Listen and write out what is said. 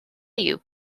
you